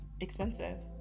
expensive